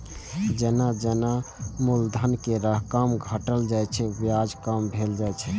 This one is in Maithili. जेना जेना मूलधन के रकम घटल जाइ छै, ब्याज कम भेल जाइ छै